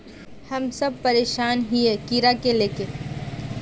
हम सब बहुत परेशान हिये कीड़ा के ले के?